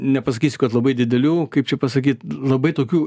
nepasakysiu kad labai didelių kaip čia pasakyt labai tokių